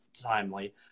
timely